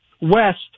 West –